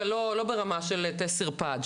אבל לא ברמה של תה סרפד,